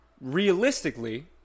realistically